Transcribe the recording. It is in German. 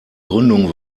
gründung